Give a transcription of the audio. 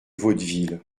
vaudeville